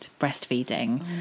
breastfeeding